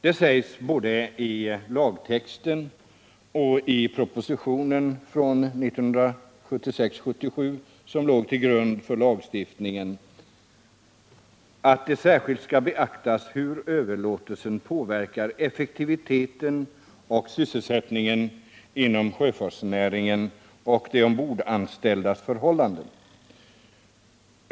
Det sägs både i lagtexten och i propositionen från 1976/77,som låg till grund för lagstiftningen, att det särskilt skall beaktas hur överlåtelsen påverkar effektiviteten och sysselsättningen inom sjöfartsnäringen och de ombordanställdas förhållanden.